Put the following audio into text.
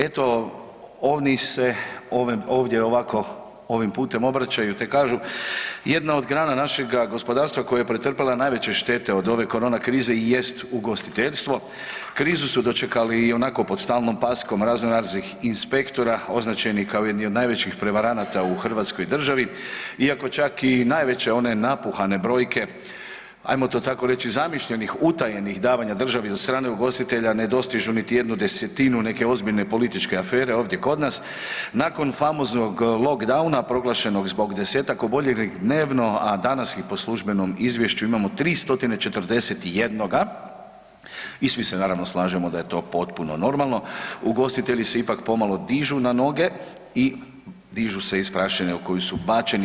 Eto, oni se ovim ovdje ovako putem obraćaju te kažu jedna od grana našega gospodarstva koja je pretrpjela najveće štete od ove korona krize i jest ugostiteljstvo, krizu u dočekali ionako pod stalnom paskom raznoraznih inspektora označeni kao jedni od najvećih prevaranata u hrvatskoj državi iako čak i najveće one napuhane brojke ajmo to tako reći, zamišljenih utajenih davanja državi od strane ugostitelja ne dostižu niti 1/10 neke ozbiljne političke afere ovdje kod nas, nakon famoznog lockdowna proglašenog zbog 10-ak oboljelih dnevno a danas ih po službenom izvješću imamo 3041 i svi se naravno slažemo da je to potpuno normalno, ugostitelji se ipak pomalo dižu na noge i dižu se iz prašine u koju su bačeni.